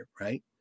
right